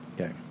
Okay